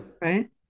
Right